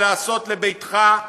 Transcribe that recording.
ולעשות לביתך,